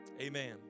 Amen